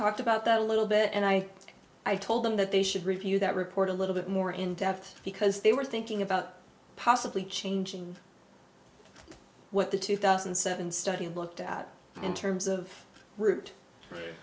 talked about that a little bit and i i told them that they should review that report a little bit more in depth because they were thinking about possibly changing what the two thousand and seven study looked at in terms of root